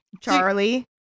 Charlie